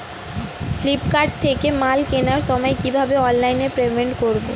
Flipkart থেকে মাল কেনার সময় কিভাবে অনলাইনে পেমেন্ট করব?